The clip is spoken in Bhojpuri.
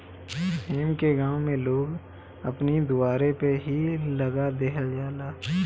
सेम के गांव में लोग अपनी दुआरे पअ ही लगा देहल जाला